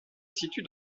situe